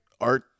art